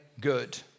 good